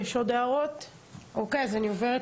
אני עוברת